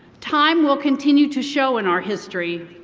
time will continue to show in our history,